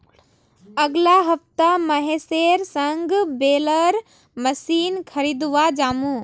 अगला हफ्ता महेशेर संग बेलर मशीन खरीदवा जामु